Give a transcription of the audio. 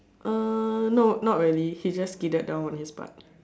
uh no not really he just skidded down on his butt